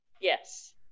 Yes